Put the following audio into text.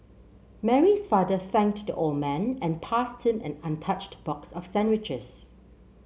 Mary's father thanked the old man and passed him an untouched box of sandwiches